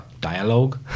dialogue